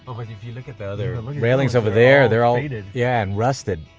um like if you look at the other railings over there, they're all faded yeah and rusted,